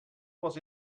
was